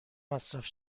مصرف